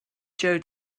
joe